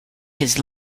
his